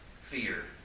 fear